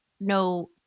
no